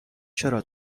چرا